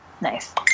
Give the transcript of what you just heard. Nice